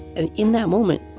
and in that moment,